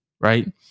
right